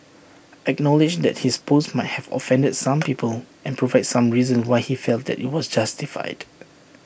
acknowledge that his post might have offended some people and provide some reasons why he felt that IT was justified